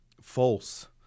false